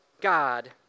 God